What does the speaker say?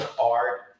art